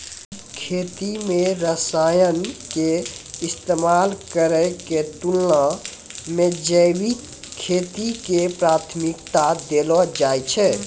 खेती मे रसायन के इस्तेमाल करै के तुलना मे जैविक खेती के प्राथमिकता देलो जाय छै